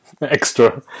extra